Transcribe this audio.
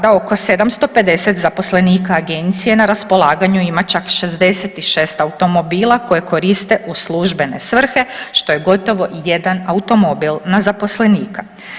Sada oko 750 zaposlenika agencije na raspolaganju ima čak 66 automobila koje koriste u službene svrhe, što je gotovo jedan automobil na zaposlenike.